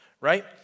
right